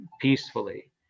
peacefully